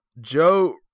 Joe